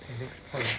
okay next point